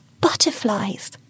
Butterflies